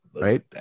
right